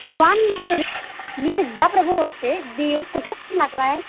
दिवान मी विद्या प्रभू बोलते दिव कुठं फोन लागला आहे